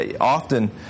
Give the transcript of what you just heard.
Often